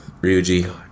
Ryuji